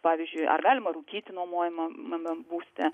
pavyzdžiui ar galima rūkyti nuomojamame būste